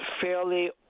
fairly